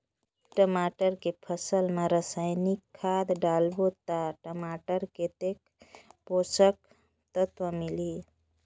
टमाटर के फसल मा रसायनिक खाद डालबो ता टमाटर कतेक पोषक तत्व मिलही?